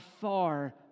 far